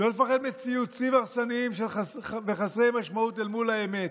לא לפחד מציוצים הרסניים וחסרי משמעות אל מול האמת.